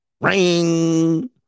ring